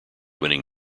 winning